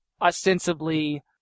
ostensibly